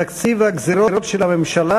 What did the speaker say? תקציב הגזירות של הממשלה